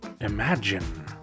imagine